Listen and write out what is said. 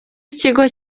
ikigo